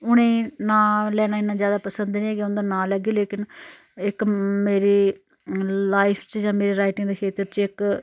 उनेंई नांऽ लैना इन्ना ज्यादा पसंद नी ऐ कि उंदा नांऽ लैगे लेकिन इक मेरी लाइफ च जां मेरी राइटिंग दे खेत्तर च इक